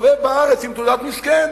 נסתובב בארץ עם "תעודת מסכן":